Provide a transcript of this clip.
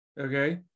okay